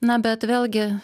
na bet vėlgi